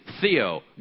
Theo